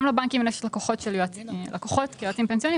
גם לבנקים יש לקוחות ליועצים פנסיוניים